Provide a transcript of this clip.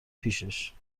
پیشش